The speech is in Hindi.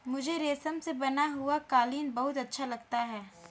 मुझे रेशम से बना हुआ कालीन बहुत अच्छा लगता है